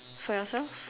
for yourself